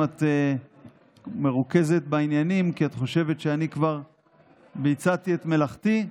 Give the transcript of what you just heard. האם את מרוכזת בעניינים כי את חושבת שאני כבר ביצעתי את מלאכתי?